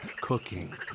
cooking